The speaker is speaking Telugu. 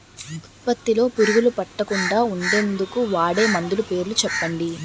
ఉత్పత్తి లొ పురుగులు పట్టకుండా ఉండేందుకు వాడే మందులు పేర్లు చెప్పండీ?